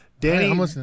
danny